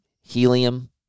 helium